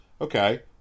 Okay